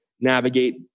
navigate